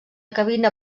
cabina